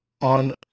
on